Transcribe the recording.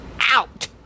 out